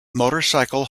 motorcycle